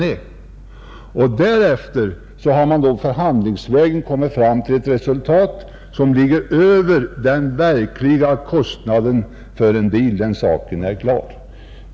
Efter bedömning därav har man förhandlingsvägen kommit fram till ett resultat som ligger över den verkliga kostnaden för en bil, den saken är klar.